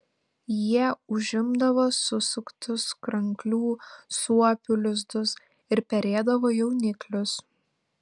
jie užimdavo susuktus kranklių suopių lizdus ir perėdavo jauniklius